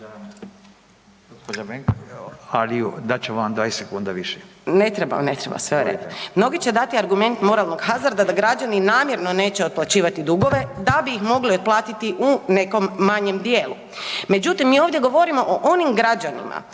dat ću vam 20 sekunda više.